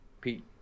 pete